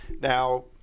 now